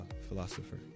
philosopher